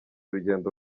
urugendo